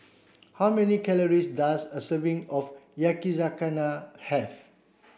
how many calories does a serving of Yakizakana have